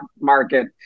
Market